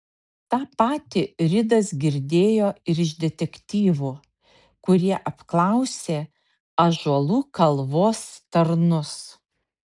tą patį ridas girdėjo ir iš detektyvų kurie apklausė ąžuolų kalvos tarnus